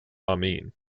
amin